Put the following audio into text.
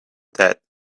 that